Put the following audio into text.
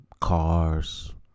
cars